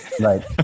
Right